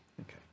Okay